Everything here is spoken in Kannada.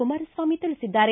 ಕುಮಾರಸ್ವಾಮಿ ತಿಳಿಸಿದ್ದಾರೆ